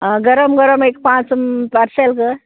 आं गरम गरम एक पांच पार्सल कर